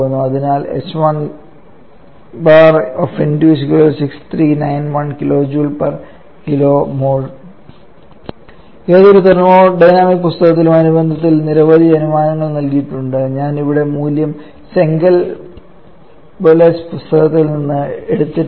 അതിനാൽ ℎ¯1𝑁2 6391 𝑘𝐽𝑘𝑚𝑜𝑙 ഏതൊരു തെർമോഡൈനാമിക് പുസ്തകത്തിലും അനുബന്ധത്തിൽ നിരവധി അനുമാനങ്ങൾ നൽകിയിട്ടുണ്ട് ഞാൻ ഇവിടെ മൂല്യം സെംഗൽ ബോലെസ് പുസ്തകത്തിൽ നിന്ന് എടുത്തിട്ടുണ്ട്